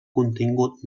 contingut